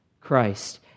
Christ